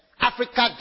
Africa